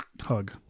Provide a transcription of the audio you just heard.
hug